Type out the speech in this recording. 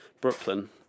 Brooklyn